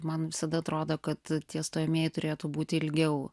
man visada atrodo kad tie stojamieji turėtų būti ilgiau